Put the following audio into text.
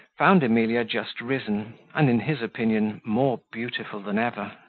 found emilia just risen, and, in his opinion, more beautiful than ever.